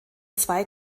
zwei